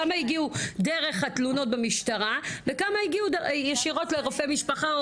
כמה הגיעו דרך התלונות במשטרה וכמה הגיעו ישירות לרופא משפחה,